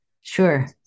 Sure